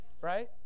right